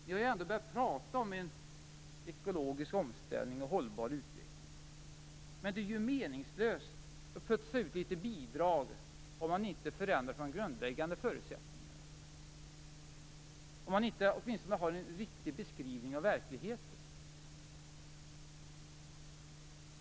Man har ju ändå börjat prata om en ekologisk omställning och en hållbar utveckling. Men det är ju meningslöst att pytsa ut litet bidrag om man inte förändrar de grundläggande förutsättningarna, om man inte åtminstone har en riktig beskrivning av verkligheten.